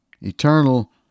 Eternal